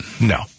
No